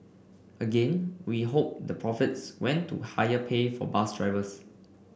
again we hope the profits went to higher pay for bus drivers